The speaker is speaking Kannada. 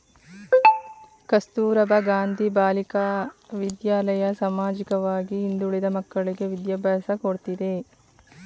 ಕಸ್ತೂರಬಾ ಗಾಂಧಿ ಬಾಲಿಕಾ ವಿದ್ಯಾಲಯ ಸಾಮಾಜಿಕವಾಗಿ ಹಿಂದುಳಿದ ಮಕ್ಕಳ್ಳಿಗೆ ವಿದ್ಯಾಭ್ಯಾಸ ಕೊಡ್ತಿದೆ